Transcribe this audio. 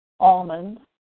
Almonds